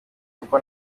yuko